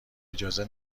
اجازه